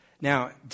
Now